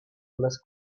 las